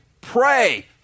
pray